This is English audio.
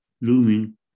looming